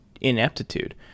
ineptitude